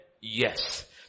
yes